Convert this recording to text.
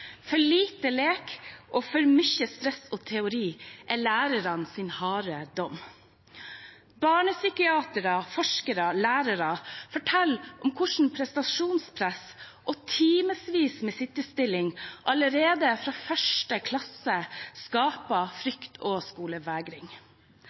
For lite lek og for mye stress og teori er lærernes harde dom. Barnepsykiatere, forskere og lærere forteller om hvordan prestasjonspress og timevis med stillesitting allerede fra første klasse